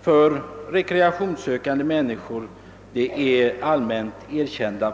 för rekreationssökande människor är allmänt erkänt.